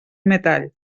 metall